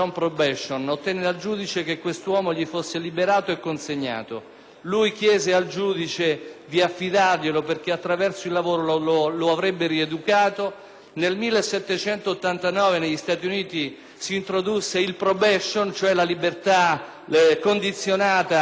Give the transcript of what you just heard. inoltre al giudice di affidarglielo perché attraverso il lavoro lo avrebbe rieducato. Nel 1789 negli Stati Uniti si introdusse il *probation*, cioè la libertà condizionata per il reinserimento sociale. Pensate, nel nostro Paese,